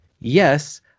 yes